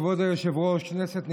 כבוד היושב-ראש, כנסת נכבדה,